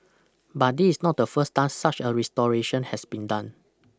but this not the first time such a restoration has been done